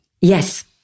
Yes